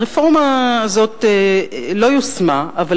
הרפורמה הזאת טרם יושמה בפועל,